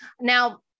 now